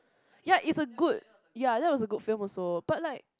ya it's a good ya that was a good film also but like